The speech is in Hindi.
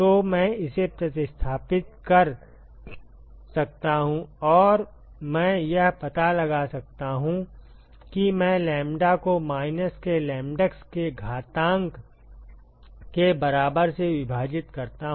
तो मैं इसे प्रतिस्थापित कर सकता हूं और मैं यह पता लगा सकता हूं कि मैं लैम्ब्डा को माइनस के लैम्ब्डैक्स के घातांक के बराबर से विभाजित करता हूं